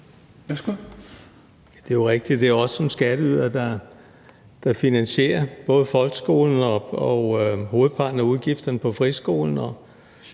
Det er jo rigtigt, at det er os som skatteydere, der finansierer både folkeskolen og hovedparten af udgifterne til friskolen.